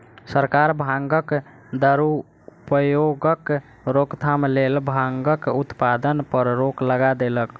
सरकार भांगक दुरुपयोगक रोकथामक लेल भांगक उत्पादन पर रोक लगा देलक